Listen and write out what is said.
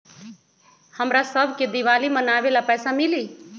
हमरा शव के दिवाली मनावेला पैसा मिली?